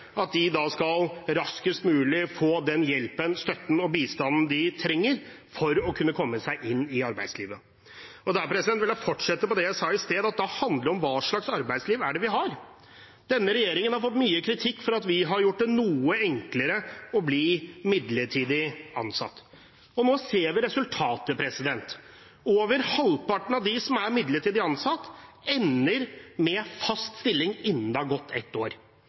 alle de som faktisk har arbeidsevne, raskest mulig skal få den hjelpen, støtten og bistanden de trenger for å kunne komme seg inn i arbeidslivet. Jeg vil fortsette på det jeg sa i sted: Dette handler om hva slags arbeidsliv det er vi har. Denne regjeringen har fått mye kritikk for at vi har gjort det noe enklere å bli midlertidig ansatt. Nå ser vi resultatet. Over halvparten av dem som er midlertidig ansatt, ender med fast stilling innen det har gått et år.